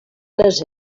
les